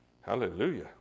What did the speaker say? hallelujah